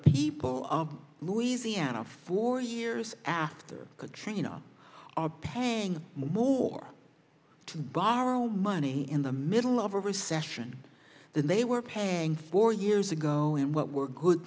people of louisiana four years after katrina are paying more to borrow money in the middle of a recession than they were paying four years ago and what were good